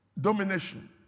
domination